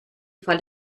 fall